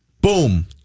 Boom